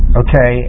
okay